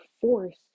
force